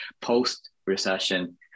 post-recession